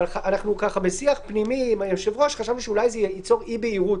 אנחנו בשיח פנימי עם היושב ראש חשבנו שאולי זה ייצור אי בהירות